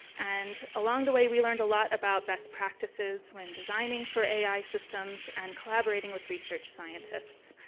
and along the way, we learned a lot about best practices when designing for ai systems and collaborating with research scientists.